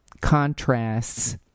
contrasts